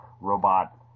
robot